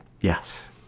Yes